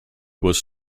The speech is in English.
was